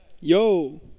Yo